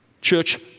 Church